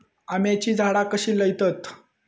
आम्याची झाडा कशी लयतत?